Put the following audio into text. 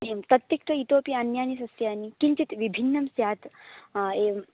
एवं तद् त्यक्त्वा इतोऽपि अन्यानि सस्यानि किञ्चित् विभिन्नं स्यात् एवम्